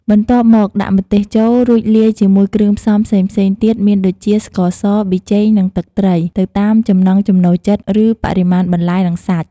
បន្ទាប់មកដាក់ម្ទេសចូល រួចលាយជាមួយគ្រឿងផ្សំផ្សេងៗទៀតមានដូចជា ស្ករស ប៊ីចេង និងទឹកត្រី ទៅតាមចំណង់ចំណូលចិត្តឬបរិមាណបន្លែនិងសាច់។